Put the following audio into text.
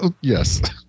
Yes